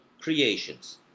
creations